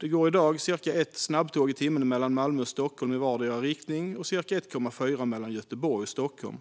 Det går i dag cirka ett snabbtåg i timmen mellan Malmö och Stockholm i vardera riktningen och cirka 1,4 mellan Göteborg och Stockholm.